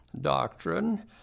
doctrine